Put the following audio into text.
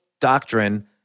doctrine